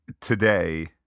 today